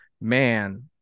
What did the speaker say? man